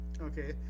Okay